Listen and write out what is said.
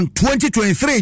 2023